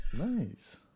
Nice